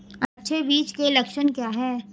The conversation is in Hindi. अच्छे बीज के लक्षण क्या हैं?